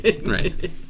Right